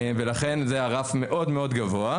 ולכן זה היה רף מאוד מאוד גבוה.